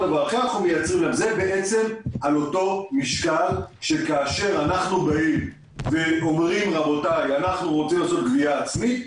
אותו משקל שכאשר אנחנו באים ואומרים: אנחנו רוצים לעשות גבייה עצמית,